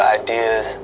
ideas